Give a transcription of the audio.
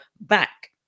back